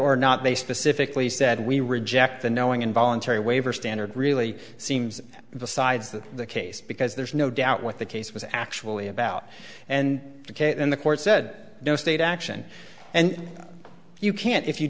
or not they specifically said we reject the knowing and voluntary waiver standard really seems the sides of the case because there's no doubt what the case was actually about and kate in the court said no state action and you can't if you